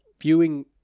viewing